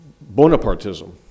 Bonapartism